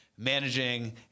managing